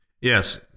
Yes